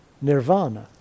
nirvana